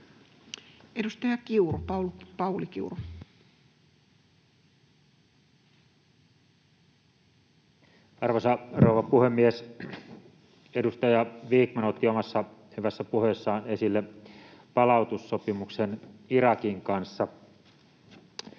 Time: 20:28 Content: Arvoisa rouva puhemies! Edustaja Vikman otti omassa hyvässä puheessaan esille palautussopimuksen Irakin kanssa.